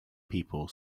people